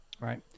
right